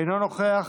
אינו נוכח,